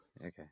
okay